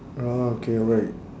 okay right